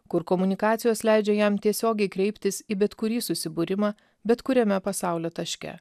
kur komunikacijos leidžia jam tiesiogiai kreiptis į bet kurį susibūrimą bet kuriame pasaulio taške